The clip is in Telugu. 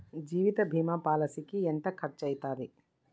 జీవిత బీమా పాలసీకి ఎంత ఖర్చయితది?